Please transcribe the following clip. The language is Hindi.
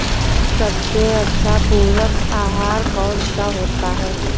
सबसे अच्छा पूरक आहार कौन सा होता है?